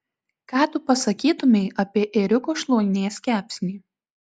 ką tu pasakytumei apie ėriuko šlaunies kepsnį